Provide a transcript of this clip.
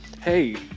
hey